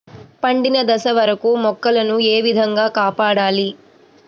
పండిన దశ వరకు మొక్కల ను ఏ విధంగా కాపాడాలి?